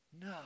No